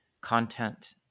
content